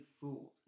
fooled